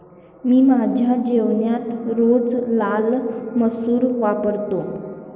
मी माझ्या जेवणात रोज लाल मसूर वापरतो